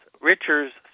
Richard's